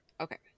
Okay